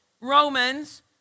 Romans